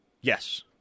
Yes